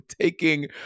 taking